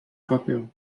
papel